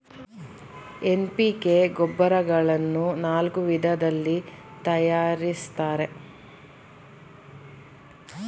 NPK ಗೊಬ್ಬರಗಳನ್ನು ನಾಲ್ಕು ವಿಧದಲ್ಲಿ ತರಯಾರಿಸ್ತರೆ